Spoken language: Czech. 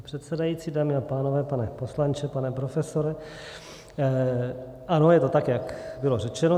Pane předsedající, dámy a pánové, pane poslanče, pane profesore, ano, je to tak, jak bylo řečeno.